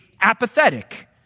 apathetic